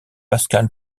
pascal